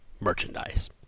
merchandise